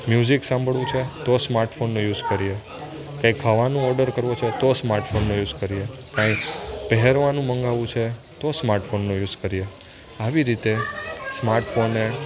music સાંભળવું છે તો સ્માર્ટફોનનો યુસ કરીએ કંઈ ખાવાનું ઓડર કરવો છે તો સ્માર્ટફોનનો યુસ કરીએ કાંઈ પહેરવાનું મંગાવું છે તો સ્માર્ટફોનનો યુસ કરીએ આવી રીતે સ્માર્ટફોન એ